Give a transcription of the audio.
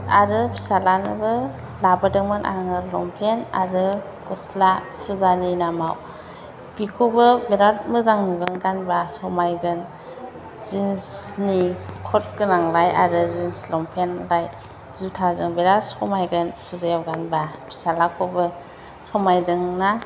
आरो फिसाज्लानोबो लाबोदोंमोन आङो लंपेन्ट आरो गस्ला फुजानि नामाव बेखौबो बिराद मोजां नुगोन गानोबा समायगोन जिन्सनि क'ट गोनांलाय आरो जिन्स लंपेनलाय जुथाजों बिराद समायगोन फुजायाव गानोबा फिसाज्लाखौबो समायदोंना